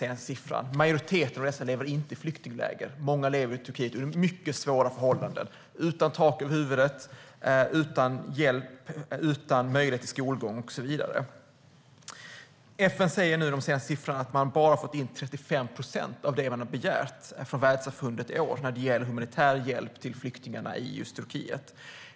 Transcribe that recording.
Majoriteten av dessa lever inte i flyktingläger. Många lever i Turkiet under mycket svåra förhållanden, utan tak över huvudet, utan hjälp och utan möjlighet till skolgång, och så vidare. FN säger nu att enligt de senaste siffrorna har man bara fått in 35 procent av det man har begärt från världssamfundet i år när det gäller humanitär hjälp till flyktingarna i Turkiet.